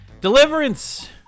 Deliverance